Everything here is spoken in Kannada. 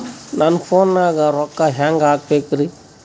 ನನ್ನ ಫೋನ್ ನಾಗ ರೊಕ್ಕ ಹೆಂಗ ಹಾಕ ಬೇಕ್ರಿ?